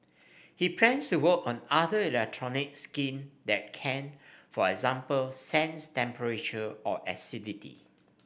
he plans to work on other electronic skin that can for example sense temperature or acidity